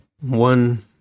One